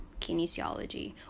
kinesiology